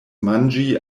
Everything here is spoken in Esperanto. manĝi